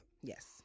yes